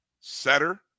setter